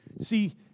See